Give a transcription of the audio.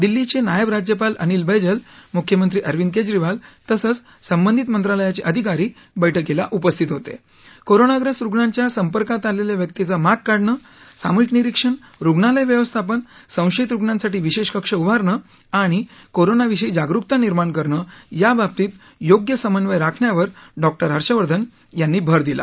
दिल्लीचनियब राज्यपाल अनील बैजल मुख्यमंत्री अरविंद कज्रीवाल तसंच संबंधित मंत्रालयाच अधिकारी बैठकीला उपस्थित होत क्रोरोनाग्रस्त रुग्णांच्या संपर्कात आलख्खा व्यक्तिंच्या माग काढणं सामुहिक निरिक्षण रुग्णालय व्यवस्थापन संशयित रुग्णांसाठी विशद्व कक्ष उभारणं आणि कोरोनाविषयी जागरुकता निर्माण करणं याबाबतीत योग्य समन्वय राखण्यावर डॉ हर्षवर्धन यांनी भर दिला